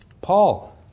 Paul